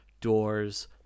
doors